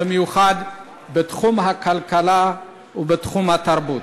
במיוחד בתחום הכלכלה ובתחום התרבות.